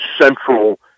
central